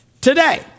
today